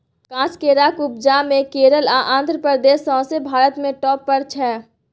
काँच केराक उपजा मे केरल आ आंध्र प्रदेश सौंसे भारत मे टाँप पर छै